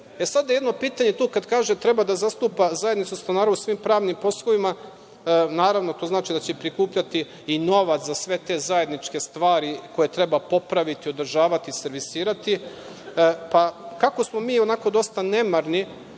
jedno pitanje, to kada kaže da treba da zastupa zajednicu stanara u svim pravnim poslovima, naravno to znači da će prikupljati i novac za sve te zajedničke stvari koje treba popraviti, održavati, servisirati, pa kako smo mi onako dosta nemarni,